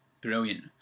Brilliant